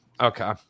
okay